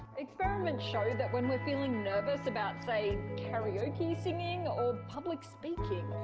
experiments show that when we're feeling nervous about, say, karaoke singing or public speaking,